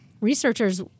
researchers